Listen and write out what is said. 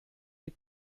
die